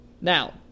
Now